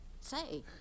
Say